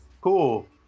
Cool